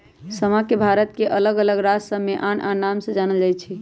समा के भारत के अल्लग अल्लग राज सभमें आन आन नाम से जानल जाइ छइ